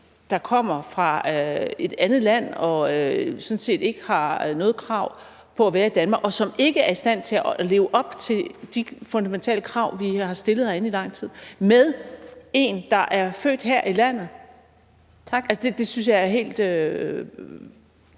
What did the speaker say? der kommer fra et andet land og sådan set ikke har noget krav på at være i Danmark, og som ikke er i stand til at leve op til de fundamentale krav, vi har stillet herinde i lang tid, med en, der er født her i landet? Jeg synes, det er helt